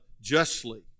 justly